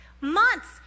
months